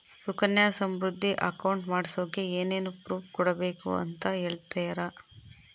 Sukanya Samriddhi account ಮಾಡಿಸೋಕೆ ಏನೇನು proof ಕೊಡಬೇಕು ಅಂತ ಹೇಳ್ತೇರಾ?